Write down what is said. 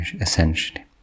essentially